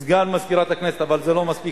יש סגן מזכירת הכנסת, אבל זה לא מספיק.